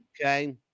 Okay